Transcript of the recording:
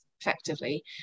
effectively